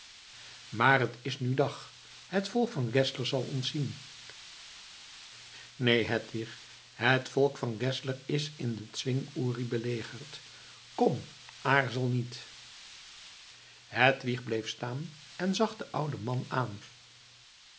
maar het is nu dag het volk van geszler zal ons zien neen hedwig het volk van geszler is in den zwing uri belegerd kom aarzel niet hedwig bleef staan en zag den ouden man aan